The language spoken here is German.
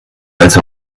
als